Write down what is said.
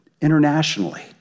internationally